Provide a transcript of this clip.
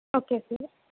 okay sir